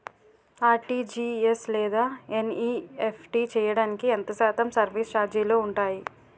RTGS లేదా NEFT చేయడానికి ఎంత శాతం సర్విస్ ఛార్జీలు ఉంటాయి?